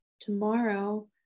Tomorrow